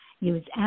use